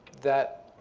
that